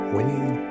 Winning